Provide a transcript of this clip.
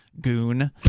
goon